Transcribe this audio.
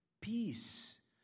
Peace